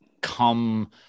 come